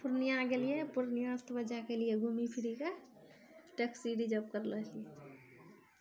पूर्णियाँ गेलियै पूर्णियाँ पूरा जाकऽ एलियै घुमि फिरिके टैक्सी रिजर्व करलो छेलियै